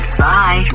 bye